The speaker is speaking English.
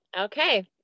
Okay